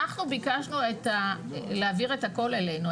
אנחנו ביקשנו להעביר את הכל אלינו,